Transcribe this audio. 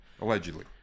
Allegedly